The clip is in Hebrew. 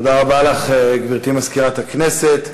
תודה רבה לך, גברתי מזכירת הכנסת.